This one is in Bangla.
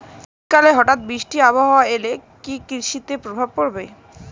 শীত কালে হঠাৎ বৃষ্টি আবহাওয়া এলে কি কৃষি তে প্রভাব পড়বে?